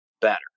better